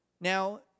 Now